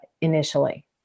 initially